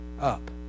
up